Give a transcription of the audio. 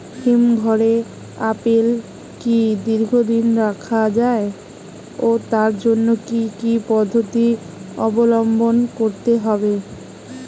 হিমঘরে আপেল কি দীর্ঘদিন রাখা যায় ও তার জন্য কি কি পদ্ধতি অবলম্বন করতে হবে?